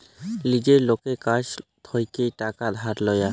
লীজের লকের কাছ থ্যাইকে টাকা ধার লিয়া